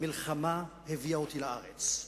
המלחמה הביאה אותי לארץ.